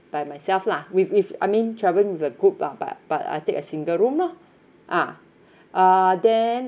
by myself lah with with I mean travelling with a group lah but but I take a single room lor ah uh then